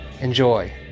Enjoy